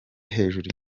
hejuru